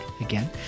again